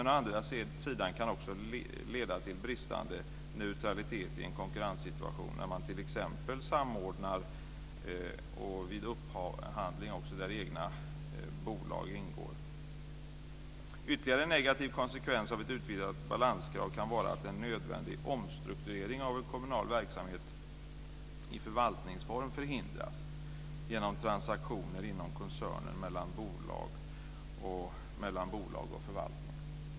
Å andra sidan kan det leda till bristande neutralitet i en konkurrenssituation t.ex. när man samordnar och vid upphandling där också egna bolag ingår. Ytterligare en negativ konsekvens av ett utvidgat balanskrav kan vara att en nödvändig omstrukturering av en kommunal verksamhet i förvaltningsform förhindras genom transaktioner mellan bolag inom koncernen och mellan bolag och förvaltning.